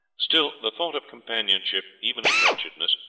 still the thought of companionship, even in wretchedness,